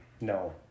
No